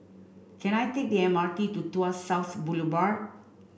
can I take the M R T to Tuas South Boulevard